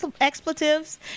expletives